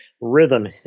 rhythm